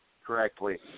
correctly